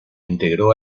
integró